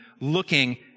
looking